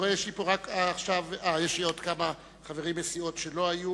אני רואה שיש לי פה עוד כמה חברים מסיעות שלא היו.